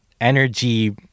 energy